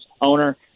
owner